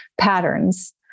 patterns